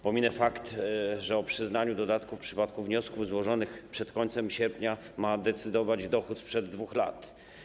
Pominę fakt, że o przyznaniu dodatków w przypadku wniosków złożonych przed końcem sierpnia ma decydować dochód sprzed 2 lat.